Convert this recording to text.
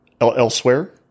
elsewhere